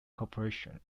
corporation